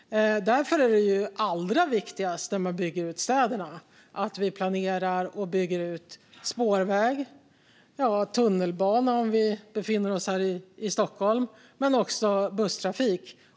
Därför är det allra viktigaste när vi bygger ut städerna att vi planerar och bygger ut spårväg - tunnelbana om vi befinner oss här i Stockholm - men också busstrafik.